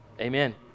amen